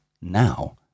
now